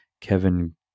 Kevin